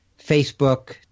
Facebook